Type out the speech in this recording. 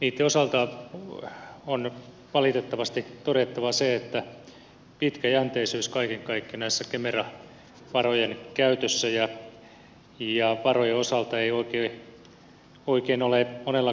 niitten osalta on valitettavasti todettava se että pitkäjänteisyys kaiken kaikkiaan kemera varojen käytössä ja niiden osalta ei oikein ole monellakaan tavalla häikäissyt